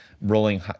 Rolling